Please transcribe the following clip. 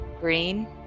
Green